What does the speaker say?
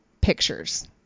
pictures